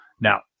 Now